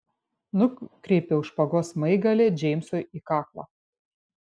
nukreipiau špagos smaigalį džeimsui į kaklą